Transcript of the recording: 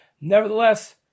Nevertheless